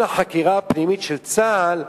עם חקירה פנימית של צה"ל,